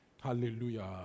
Hallelujah